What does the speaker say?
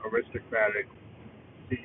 Aristocratic